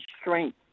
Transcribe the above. strength